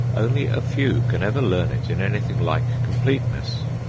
only a few can ever learn it in anything like completeness.